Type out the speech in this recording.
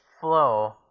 flow